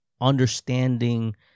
understanding